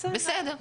בסדר.